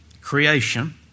creation